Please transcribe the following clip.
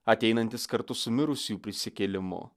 ateinantis kartu su mirusiųjų prisikėlimu